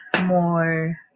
more